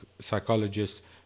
psychologists